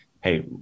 hey